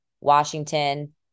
Washington